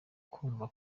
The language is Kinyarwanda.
kumva